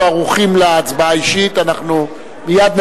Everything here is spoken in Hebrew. הרכב המועצה ופיקוח ציבורי),